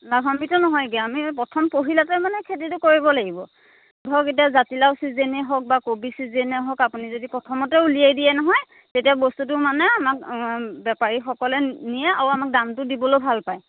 লাভাম্বিত নহয়গৈ আৰু আমি প্ৰথম পহিলাতে মানে খেতিটো কৰিব লাগিব ধৰক এতিয়া জাতিলাও ছিজেনে হওক বা কবি ছিজেনে হওক আপুনি যদি প্ৰথমতে উলিয়াই দিয়ে নহয় তেতিয়া বস্তুটো মানে আমাক বেপাৰীসকলে নিয়ে আৰু আমাক দামটো দিবলৈয়ো ভালপায়